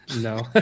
No